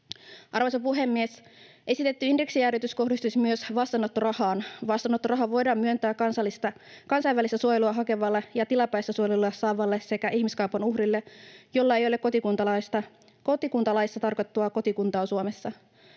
Arvoisa puhemies! Esitetty indeksijäädytys kohdistuisi myös vastaanottorahaan. Vastaanottorahaa voidaan myöntää kansainvälistä suojelua hakevalle ja tilapäistä suojelua saavalle sekä ihmiskaupan uhrille, jolla ei ole kotikuntalaissa tarkoitettua kotikuntaa Suomessa.